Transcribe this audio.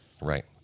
Right